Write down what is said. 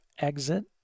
exit